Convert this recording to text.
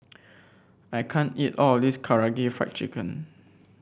I can't eat all of this Karaage Fried Chicken